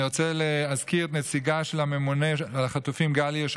אני רוצה להזכיר את הנציגה של הממונה על החטופים גל הירש,